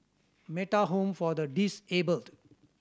Metta Home for the Disabled